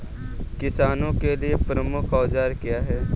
किसानों के लिए प्रमुख औजार क्या हैं?